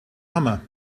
hammer